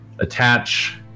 attach